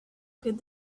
could